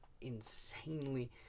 insanely